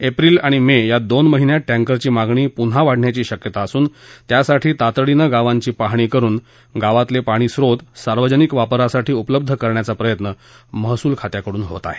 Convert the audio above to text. April आणि May या दोन महिन्यात टँकरची मागणी पुन्हा वाढण्याची शक्यता असून त्यासाठी तातडीनं गावार्षी पाहणी करून गावातील पाणीस्त्रोत सार्वजनिक वापरासाठी उपलब्ध करण्याचा प्रयत्न महसूल खात्याकडून होत आहे